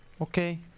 Okay